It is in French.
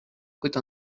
côte